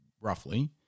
roughly